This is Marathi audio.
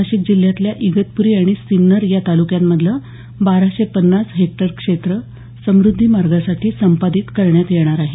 नाशिक जिल्ह्यातल्या इगतपूरी आणि सिन्नर या तालुक्यांमधलं बाराशे पन्नास हेक्टर क्षेत्र समृद्धी मार्गासाठी संपादित करण्यात येणार आहे